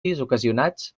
ocasionats